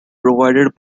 provided